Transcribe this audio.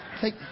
Take